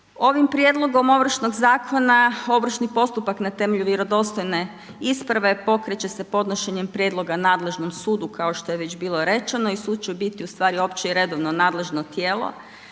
Ovim prijedlogom ovršnog zakona ovršni postupak na temelju vjerodostojne isprave pokreće se podnošenjem prijedloga nadležnom sudu kao što je već bilo rečeno i sud će u biti opće i redovno nadležno tijelo,